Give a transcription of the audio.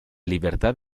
libertad